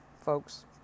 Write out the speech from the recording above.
folks